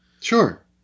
sure